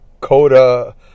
CODA